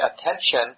attention